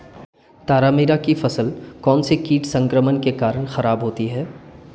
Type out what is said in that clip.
तारामीरा की फसल कौनसे कीट संक्रमण के कारण खराब होती है?